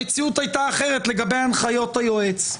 המציאות הייתה אחרת לגבי הנחיות היועץ.